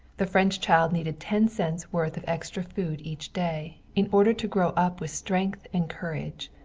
the french child needed ten cents worth of extra food each day, in order to grow up with strength and courage.